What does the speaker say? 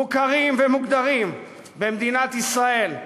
מוכרים ומוגדרים במדינת ישראל,